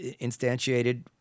instantiated